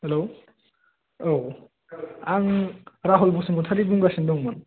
हेल' औ आं राहुल बसुमथारि बुंगासिनो दंमोन